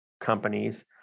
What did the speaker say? companies